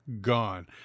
gone